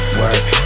work